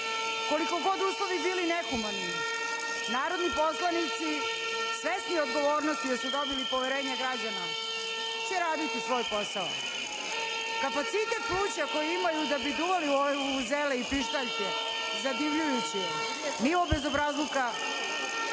kolena. Koliko god uslovi bili nehumani, narodni poslanici svesni odgovornosti jer su dobili poverenje građana, radi će svoj posao. Kapacitet pluća koji imaju da bi duvali u ove pištaljke zadivljujući je, nivo bezobrazluka